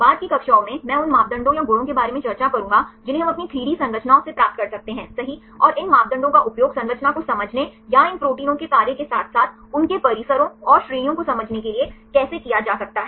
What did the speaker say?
बाद की कक्षाओं में मैं उन मापदंडों या गुणों के बारे में चर्चा करूँगा जिन्हें हम अपनी 3 डी संरचनाओं से प्राप्त कर सकते हैंसही और इन मापदंडों का उपयोग संरचना को समझने या इन प्रोटीनों के कार्य के साथ साथ उनके परिसरों और श्रेणियों को समझने के लिए कैसे किया जा सकता है